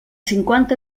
cinquanta